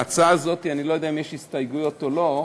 להצעה הזאת, אני לא יודע אם יש הסתייגויות או לא.